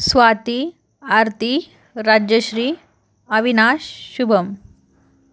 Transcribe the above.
Swati Aarti Rajyashree Avinash Shubham